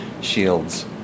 shields